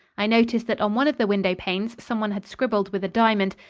i noticed that on one of the window-panes someone had scribbled with a diamond,